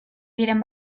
diren